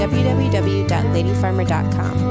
www.ladyfarmer.com